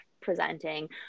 presenting